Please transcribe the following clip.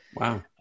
wow